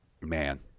Man